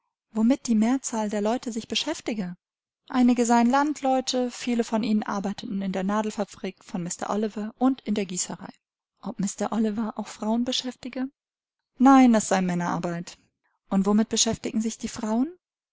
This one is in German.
womit die mehrzahl der leute sich beschäftige einige seien landleute viele von ihnen arbeiteten in der nadelfabrik von mr oliver und in der gießerei ob mr oliver auch frauen beschäftige nein es sei männerarbeit und womit beschäftigten sich die frauen